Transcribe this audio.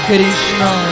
Krishna